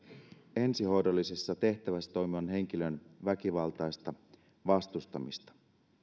ensihoidollisessa tehtävässä toimivan henkilön väkivaltaista vastustamista